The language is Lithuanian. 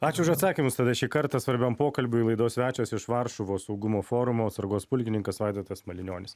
ačiū už atsakymus tada šį kartą svarbiam pokalbiui laidos svečias iš varšuvos saugumo forumo atsargos pulkininkas vaidotas malinionis